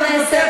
חברי הכנסת,